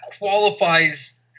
qualifies